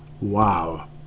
wow